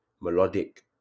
melodic